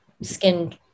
skin